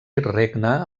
regna